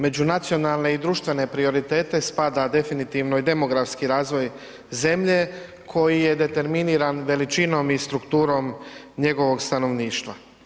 Među nacionalne i društvene prioritete spada definitivno i demografski razvoj zemlje koji je determiniran veličinom i strukturom njegovog stanovništva.